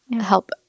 help